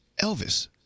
Elvis